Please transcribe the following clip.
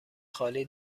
خالی